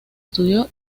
estudió